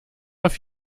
auf